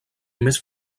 més